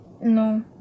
No